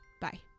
Bye